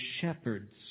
shepherds